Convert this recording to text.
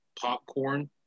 Popcorn